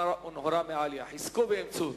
חזקו ואמצו.